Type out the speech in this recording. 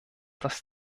das